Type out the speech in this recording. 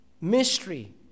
mystery